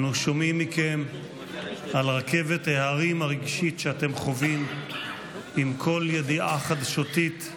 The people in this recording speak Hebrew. אנו שומעים מכם על רכבת ההרים הרגשית שאתם חווים עם כל ידיעה חדשותית,